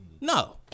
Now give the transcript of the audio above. No